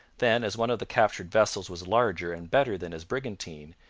then, as one of the captured vessels was larger and better than his brigantine,